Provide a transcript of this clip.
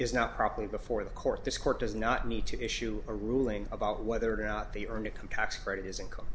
is not properly before the court this court does not need to issue a ruling about whether or not the earned income tax credit is income